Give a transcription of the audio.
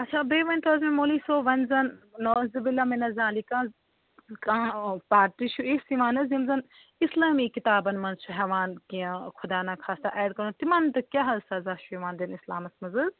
اَچھا بیٚیہِ ؤنۍ تَو حظ مےٚ مولوی صٲب وۅنۍ زَن نَعوزٕ بِاللہ مِنَ زالِکَ کانٛہہ پارٹی چھِ یِژھ یِوان حظ یِم زَن اِسلامی کِتابَن منٛز چھِ ہٮ۪وان کیٚنٛہہ خُدا نہَ خاستہٕ ایٚڈ کَرُن تِمَن تہِ کیٛاہ حظ سزا چھُ یِوان دِنہٕ اِسلامَس منٛز حظ